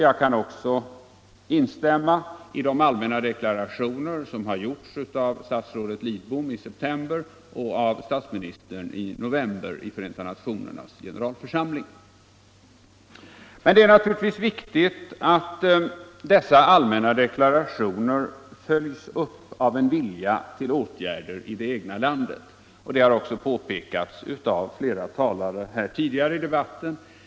Jag kan också instämma i de allmänna deklarationer som gjorts i Förenta nationernas generalförsamling av statsrådet Lidbom i september och av statsministern i november. Men det är naturligtvis viktigt att dessa allmänna deklarationer följs upp av en vilja till åtgärder i det egna landet. Detta har också påpekats av flera talare tidigare i debatten.